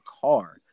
car